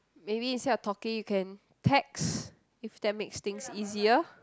maybe instead of talking you can text if that makes things easier